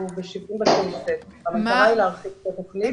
חד משמעית אני מסכימה אתך ואני אעביר את זה הלאה.